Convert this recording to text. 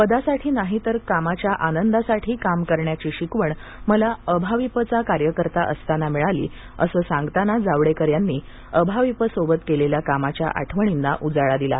पदासाठी नाही तर कामाच्या आनंदासाठी काम करण्याची शिकवण मला अभाविपचा कार्यकर्ता असताना मिळाली असं सांगताना जावडेकर यांनी अभाविपसोबत केलेल्या कामाच्या आठवणींना उजाळा दिला